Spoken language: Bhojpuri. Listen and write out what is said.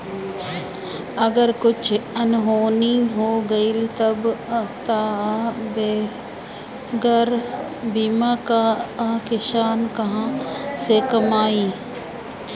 अगर कुछु अनहोनी हो गइल तब तअ बगैर बीमा कअ किसान कहां से कमाई